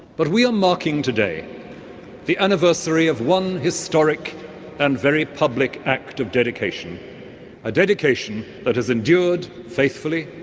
but we are marking today the anniversary of one historic and very public act of dedication a dedication that has endured faithfully,